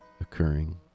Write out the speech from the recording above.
occurring